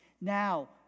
Now